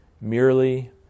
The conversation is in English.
merely